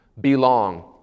belong